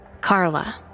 Carla